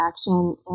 action